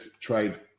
trade